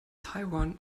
taiwan